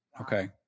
Okay